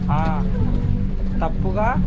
తప్పుగా